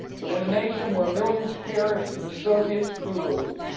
but in a nation where millions perished in the soviet gulags,